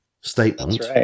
statement